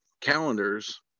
calendars